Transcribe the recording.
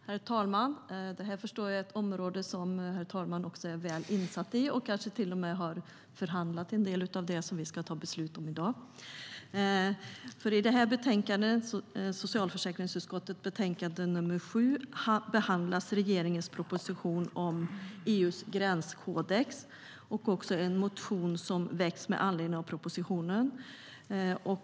Herr talman! Jag förstår att detta är ett område som herr talmannen är väl insatt i. Kanske har herr talmannen till och med förhandlat om en del av det som vi ska ta beslut om i dag. I det här betänkandet, socialförsäkringsutskottets betänkande nr 7, behandlas regeringens proposition om EU:s gränskodex samt en motion som har väckts med anledning av propositionen.